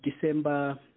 December